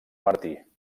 martí